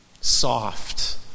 soft